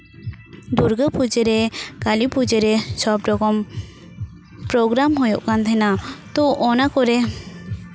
ᱫᱩᱨᱜᱟᱹ ᱯᱩᱡᱟᱹ ᱨᱮ ᱠᱟᱹᱞᱤ ᱯᱩᱡᱟᱹ ᱨᱮ ᱥᱚᱵ ᱨᱚᱠᱚᱢ ᱯᱨᱳᱜᱨᱟᱢ ᱦᱩᱭᱩᱜ ᱠᱟᱱ ᱛᱟᱦᱮᱱᱟ ᱛᱚ ᱚᱱᱟ ᱠᱚᱨᱮ